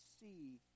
see